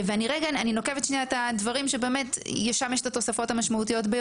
אני נוקבת את הדברים ששם יש את התוספות המשמעותיות,